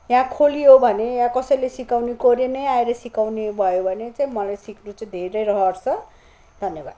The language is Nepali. यहाँ खोलियो भने या कसैले सिकाउने कोरियनै आएर सिकाउने भयो भने चाहिँ मलाई सिक्ने चाहिँ धेरै नै रहर छ धन्यवाद